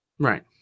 Right